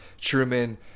Truman